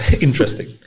Interesting